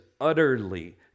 utterly